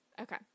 Okay